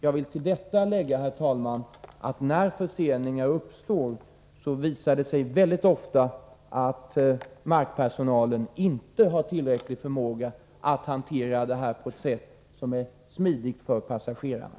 Jag vill till detta lägga, herr talman, att det vid förseningar mycket ofta visar sig att markpersonalen inte har tillräcklig förmåga att hantera situationen på ett sätt som är smidigt för passagerarna.